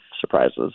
surprises